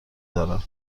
دارم